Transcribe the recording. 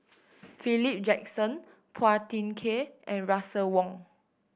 Philip Jackson Phua Thin Kiay and Russel Wong